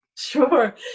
Sure